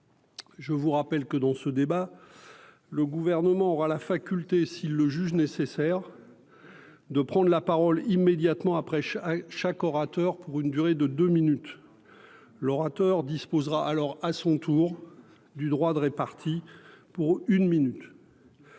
Je vous rappelle que dans ce débat. Le gouvernement aura la faculté s'il le juge nécessaire. De prendre la parole immédiatement après je à chaque orateur pour une durée de deux minutes. L'orateur disposera alors à son tour du droit d'répartis pour une minute.